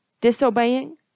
disobeying